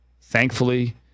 thankfully